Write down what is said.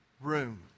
room